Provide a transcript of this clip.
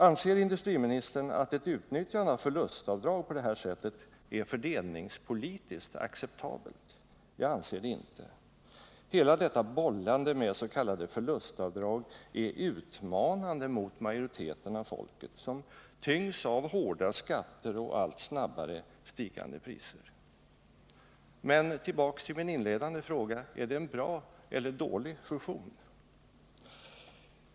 Anser industriministern att ett utnyttjande av förlustavdrag på detta sätt är fördelningspolitiskt acceptabelt? Jag anser det inte. Hela detta bollande med s.k. förlustavdrag är utmanande mot majoriteten av folket som tyngs av hårda skatter och allt snabbare stigande priser. Men tillbaka till min inledande fråga: Är det en bra eller en dålig fusion?